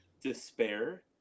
despair